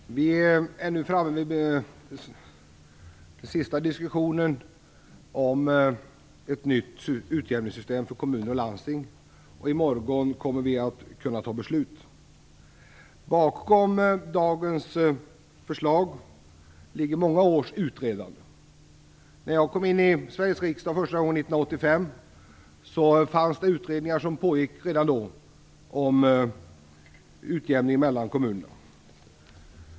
Fru talman! Vi är nu framme vid den sista diskussionen om ett nytt utjämningssystem för kommuner och landsting, och i morgon kommer vi att kunna ta beslut om detta. Bakom dagens förslag ligger många års utredande. Redan när jag första gången kom in i Sveriges riksdag, år 1985, pågick utredningar om utjämningen mellan kommunerna.